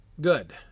good